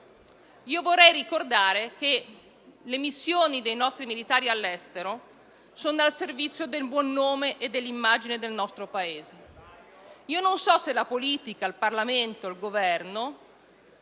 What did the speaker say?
Voglio ricordare che le missioni dei nostri militari all'estero sono al servizio del buon nome e dell'immagine del nostro Paese. Non so se la politica, il Parlamento, il Governo